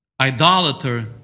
Idolater